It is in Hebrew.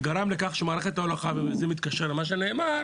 זה גרם לכך שמערכת ההולכה, וזה מתקשר למה שנאמר,